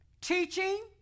Teaching